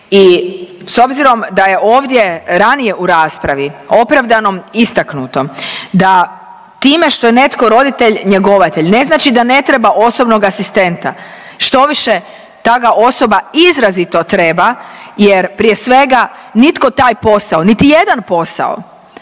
i s obzirom da je ovdje ranije u raspravi opravdano istaknuto da time što je netko roditelj njegovatelj ne znači da ne treba osobnog asistenta. Štoviše ta ga osoba izrazito treba jer prije svega nitko taj posao, niti jedan posao